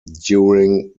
during